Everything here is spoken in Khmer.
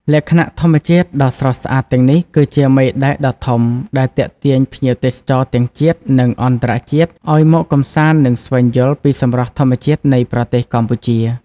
លក្ខណៈធម្មជាតិដ៏ស្រស់ស្អាតទាំងនេះ គឺជា មេដែកដ៏ធំ ដែលទាក់ទាញភ្ញៀវទេសចរទាំងជាតិ និងអន្តរជាតិឲ្យមកកម្សាន្ត និងស្វែងយល់ពីសម្រស់ធម្មជាតិនៃប្រទេសកម្ពុជា។